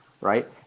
right